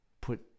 put